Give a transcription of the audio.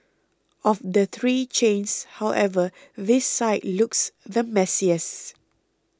of the three chains however this site looks the messiest